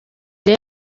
rero